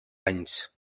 anys